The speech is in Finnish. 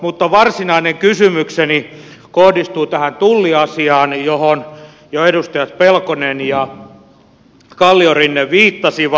mutta varsinainen kysymykseni kohdistuu tähän tulliasiaan johon jo edustajat pelkonen ja kalliorinne viittasivat